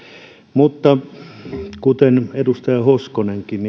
mutta kuten edustaja hoskonenkin